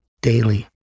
daily